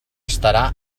estarà